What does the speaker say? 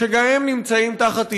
שגם הם נמצאים תחת איום.